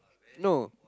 no